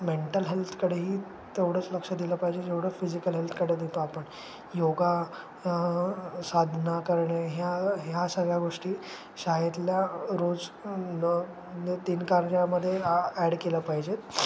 mental हेल्थकडेही तेवढंच लक्ष दिलं पाहिजे जेवढं फिजिकल हेल्थकडे देतो आपण योग साधना करणे ह्या ह्या सगळ्या गोष्टी शाळेतल्या रोज न तीन कार्यामध्ये ॲड केल्या पाहिजेत